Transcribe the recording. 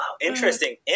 interesting